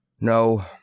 No